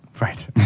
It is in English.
Right